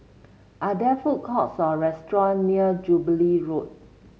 are there food courts or restaurant near Jubilee Road